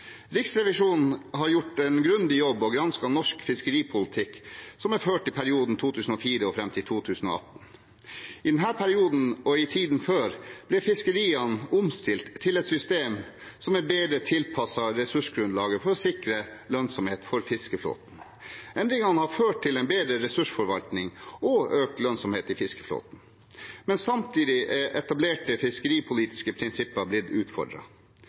Riksrevisjonen har gjort en grundig jobb og gransket norsk fiskeripolitikk ført i perioden 2004 og fram til 2018. I denne perioden og i tiden før ble fiskeriene omstilt til et system som er bedre tilpasset ressursgrunnlaget, for å sikre lønnsomhet for fiskeflåten. Endringene har ført til en bedre ressursforvaltning og økt lønnsomhet i fiskeflåten, men samtidig er etablerte fiskeripolitiske prinsipper blitt